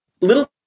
Little